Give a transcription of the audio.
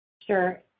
Sure